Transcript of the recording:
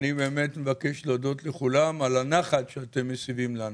אני באמת מבקש להודות לכולם על הנחת שאתם מסיבים לנו.